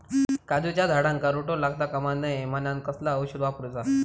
काजूच्या झाडांका रोटो लागता कमा नये म्हनान कसला औषध वापरूचा?